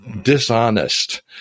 dishonest